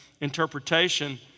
interpretation